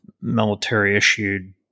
military-issued